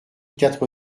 quatre